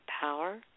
power